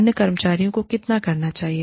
अन्य कर्मचारियों को कितना करना चाहिए